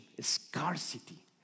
scarcity